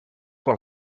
will